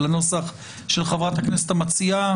אלא נוסח של חברת הכנסת המציעה,